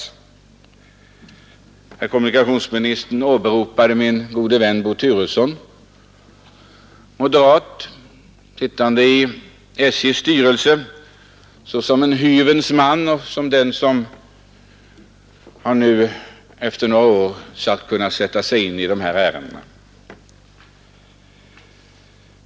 Herr kommunikationsministern åberopade min gode vän Bo Turesson , sittande i SJ:s styrelse, såsom en hyvens man och den som nu efter några år kunnat tränga in i dessa ärenden.